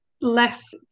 less